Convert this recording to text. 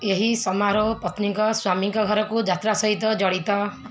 ଏହି ସମାରୋହ ପତ୍ନୀଙ୍କ ସ୍ୱାମୀଙ୍କ ଘରକୁ ଯାତ୍ରା ସହିତ ଜଡ଼ିତ